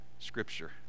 Scripture